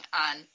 on